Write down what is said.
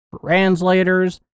translators